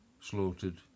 slaughtered